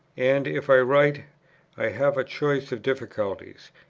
and if i write i have a choice of difficulties.